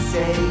Say